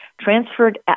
transferred